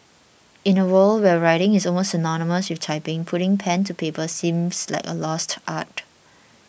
in a world where writing is almost synonymous with typing putting pen to paper seems like a lost art